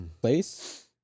place